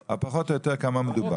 אבל פחות או יותר על כמה מדובר.